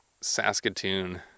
Saskatoon